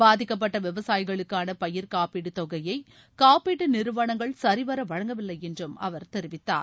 பாதிக்கப்பட்ட விவசாயிகளுக்கான பயிர் காப்பீடு தொகையை காப்பீட்டு நிறுவனங்கள் சரிவர வழங்கவில்லை என்று அவர் தெரிவித்தார்